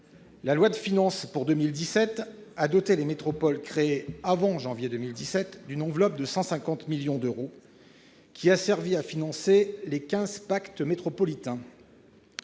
La loi de finances pour 2017 a doté les métropoles créées avant janvier 2017 d'une enveloppe de 150 millions d'euros, qui a servi à financer les quinze pactes métropolitains.